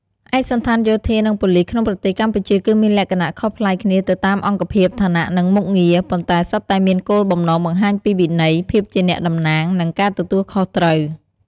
ឯកសណ្ឋានយោធា និងប៉ូលីសក្នុងប្រទេសកម្ពុជា គឺមានលក្ខណៈខុសប្លែកគ្នាទៅតាមអង្គភាព ឋានៈ និងមុខងារ ប៉ុន្តែសុទ្ធតែមានគោលបំណងបង្ហាញពីវិន័យ ភាពជាអ្នកតំណាង និងការទទួលខុសត្រូវ។